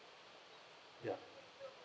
ya